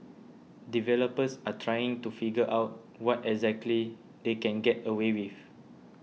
developers are still trying to figure out what exactly they can get away with